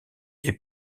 est